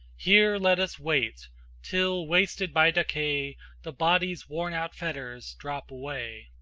here let us wait till wasted by decay the body's worn-out fetters drop away.